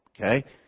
Okay